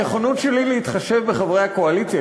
הנכונות שלי להתחשב בחברי הקואליציה,